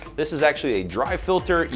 this is actually a dry filter.